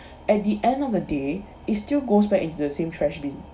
at the end of the day is still goes back into the same trash bin